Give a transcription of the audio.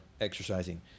exercising